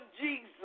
Jesus